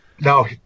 No